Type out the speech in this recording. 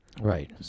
Right